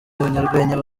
abanyarwenya